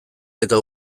eta